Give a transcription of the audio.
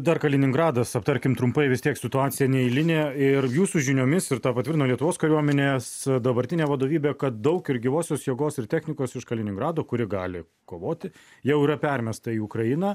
dar kaliningradas aptarkim trumpai vis tiek situacija neeilinė ir jūsų žiniomis ir tą patvirtino lietuvos kariuomenės dabartinė vadovybė kad daug ir gyvosios jėgos ir technikos iš kaliningrado kuri gali kovoti jau yra permesta į ukrainą